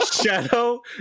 shadow